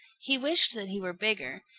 he wished that he were bigger.